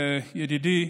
ידידי,